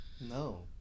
No